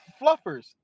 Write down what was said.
fluffers